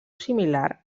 similar